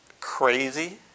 crazy